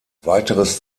weiteres